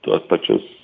tuos pačius